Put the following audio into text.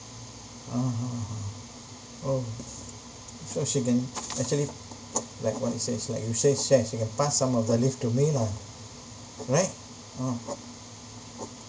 (uh huh) !huh! oh so she can actually like what you said is like you say share she can pass some of her leave to me lah right ah